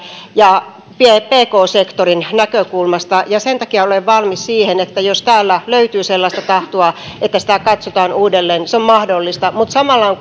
ja pk sektorin näkökulmasta sen takia olen valmis siihen että jos täällä löytyy sellaista tahtoa että sitä katsotaan uudelleen niin se on mahdollista mutta samalla on